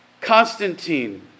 Constantine